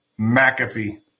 McAfee